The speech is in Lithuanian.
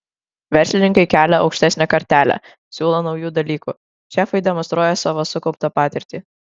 verslininkai kelia aukštesnę kartelę siūlo naujų dalykų šefai demonstruoja savo sukauptą patirtį